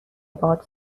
باهات